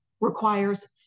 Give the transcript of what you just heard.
requires